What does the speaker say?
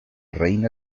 reina